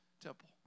temple